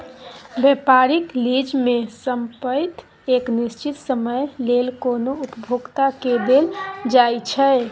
व्यापारिक लीज में संपइत एक निश्चित समय लेल कोनो उपभोक्ता के देल जाइ छइ